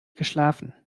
geschlafen